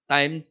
Time